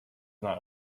not